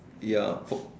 ya for